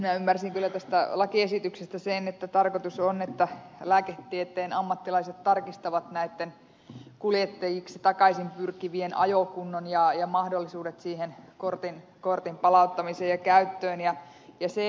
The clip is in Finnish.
minä ymmärsin kyllä tästä lakiesityksestä sen että tarkoitus on että lääketieteen ammattilaiset tarkistavat näitten kuljettajiksi takaisin pyrki vien ajokunnon ja mahdollisuudet kortin palauttamiseen ja käyttöön